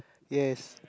yes